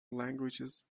languages